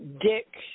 Dick